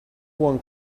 one